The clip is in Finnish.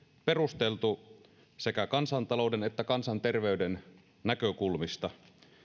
perusteltu sekä kansantalouden että kansanterveyden näkökulmasta